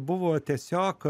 buvo tiesiog